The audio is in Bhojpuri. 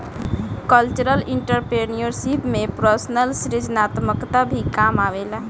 कल्चरल एंटरप्रेन्योरशिप में पर्सनल सृजनात्मकता भी काम आवेला